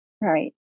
Right